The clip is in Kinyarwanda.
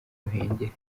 ruhengeri